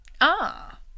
Ah